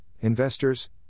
investors